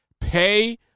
Pay